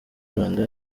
rwanda